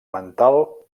mental